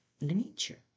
nature